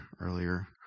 earlier